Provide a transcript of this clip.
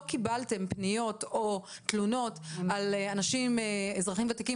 קיבלתם פניות או תלונות על אנשים שהם אזרחים וותיקים